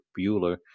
Bueller